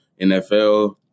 nfl